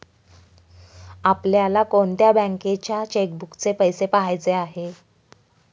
आपल्याला कोणत्या बँकेच्या चेकबुकचे पैसे पहायचे आहे?